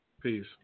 Peace